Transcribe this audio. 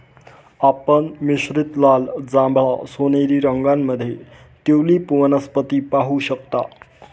आपण मिश्रित लाल, जांभळा, सोनेरी रंगांमध्ये ट्यूलिप वनस्पती पाहू शकता